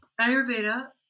Ayurveda